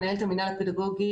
מנהלת המינהל הפדגוגי,